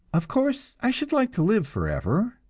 of course, i should like to live forever,